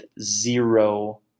zero